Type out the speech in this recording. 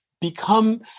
become